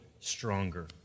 Stronger